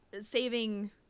Saving